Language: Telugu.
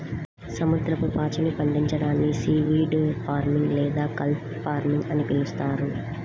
సముద్రపు పాచిని పండించడాన్ని సీవీడ్ ఫార్మింగ్ లేదా కెల్ప్ ఫార్మింగ్ అని పిలుస్తారు